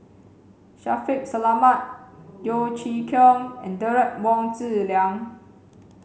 Shaffiq Selamat Yeo Chee Kiong and Derek Wong Zi Liang